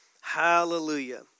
Hallelujah